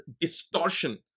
distortion